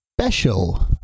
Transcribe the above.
special